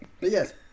yes